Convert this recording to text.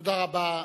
תודה רבה.